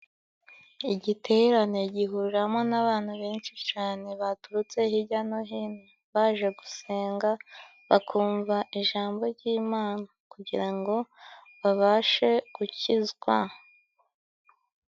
Igiterane gihuriramo n'abantu benshi cane baturutse hirya no hino baje gusenga, bakumva ijambo ry'Imana kugira ngo babashe gukizwa.